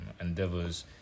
endeavors